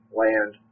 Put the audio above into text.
land